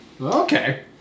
Okay